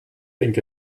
think